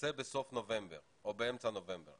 יוצא בסוף נובמבר או באמצע נובמבר,